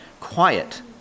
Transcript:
quiet